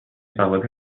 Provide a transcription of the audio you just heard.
سواد